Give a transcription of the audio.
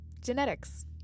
Genetics